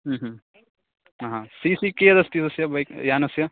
हा हा सि सि कियदस्ति तस्य बैक् यानस्य